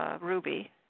ruby